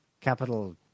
capital